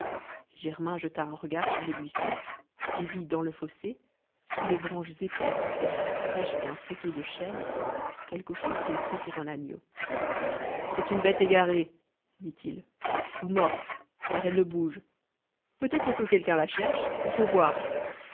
germain jeta un regard sur le buisson et vit dans le fossé sous les branches épaisses et encore fraîches d'un têteau de chêne quelque chose qu'il prit pour un agneau c'est une bête égarée dit-il ou morte car elle ne bouge peut-être que quelqu'un la cherche il faut voir